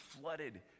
flooded